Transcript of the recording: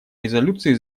резолюции